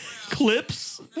Clips